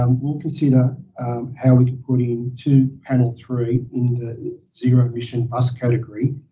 um we'll consider how we can put into panel three in zero emission bus category.